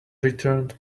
returned